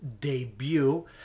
debut